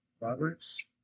Roberts